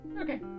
Okay